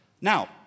Now